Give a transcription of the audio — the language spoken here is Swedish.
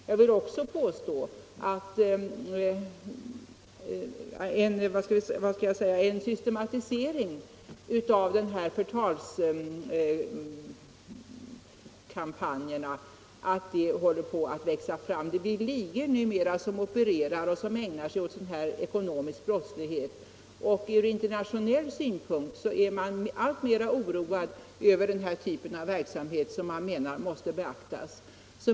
Jag vill också påstå att en systematisering av de här för miskt förtal talskampanjerna håller på att växa fram. Det är numera ligor som opererar och ägnar sig åt sådan här ekonomisk brottslighet. Internationellt är man alltmer oroad över denna typ av verksamhet, som man menar måste beaktas.